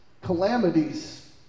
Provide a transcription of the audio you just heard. calamities